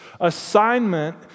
assignment